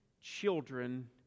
children